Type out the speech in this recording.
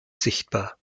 sichtbar